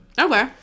okay